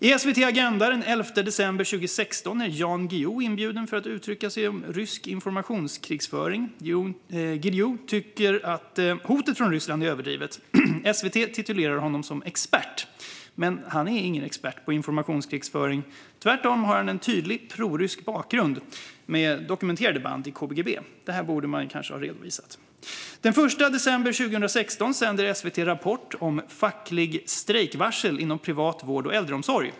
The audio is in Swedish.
I Agenda i SVT den 11 december 2016 är Jan Guillou inbjuden för att uttrycka sig om rysk informationskrigföring. Guillou tycker att hotet från Ryssland är överdrivet. SVT titulerar honom expert. Men han är ingen expert på informationskrigföring. Tvärtom har han en tydlig prorysk bakgrund med dokumenterade band till KGB. Detta borde man kanske ha redovisat. Den 1 december 2016 visar Rapport i SVT ett inslag om ett fackligt strejkvarsel inom privat vård och äldreomsorg.